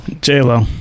J-Lo